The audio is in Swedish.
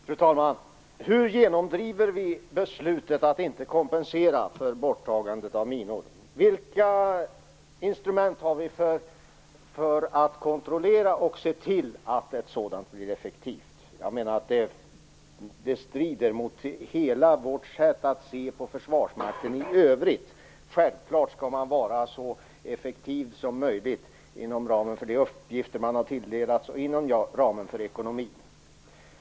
Fru talman! Hur genomdriver vi beslutet att inte kompensera för borttagandet av minor? Vilka instrument har vi för att kontrollera och se till att ett sådant borttagande blir effektivt? Det strider mot hela vårt sätt att se på Försvarsmakten i övrigt. Självfallet skall man vara så effektiv som möjligt inom ramen för de uppgifter som man har tilldelats och inom ramen för ekonomin.